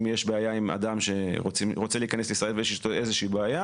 יש בעיה עם אדם שרוצה להיכנס לישראל ויש איתו איזושהי בעיה,